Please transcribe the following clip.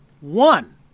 one